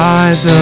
eyes